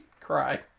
cry